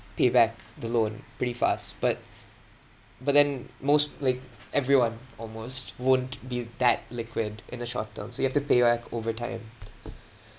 pay back the loan pretty fast but but then most like everyone almost won't be that liquid in the short term so you have to pay back over time